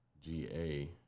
GA